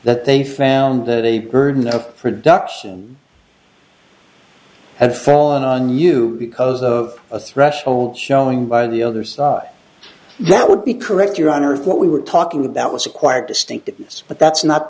that they found that a burden of production and fallen on you because of a threshold showing by the other side that would be correct your honor what we were talking about was acquired distinctiveness but that's not